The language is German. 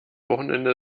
wochenende